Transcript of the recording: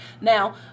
Now